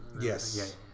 Yes